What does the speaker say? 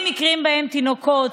מדֻווחים מקרים שבהם תינוקות,